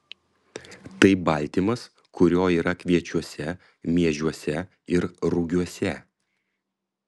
tai baltymas kurio yra kviečiuose miežiuose ir rugiuose